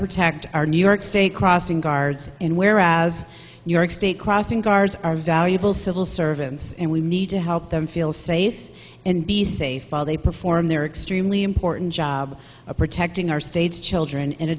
protect our new york state crossing guards in whereas new york state crossing guards are valuable civil servants and we need to help them feel safe and be safe while they perform their extremely important job of protecting our state's children and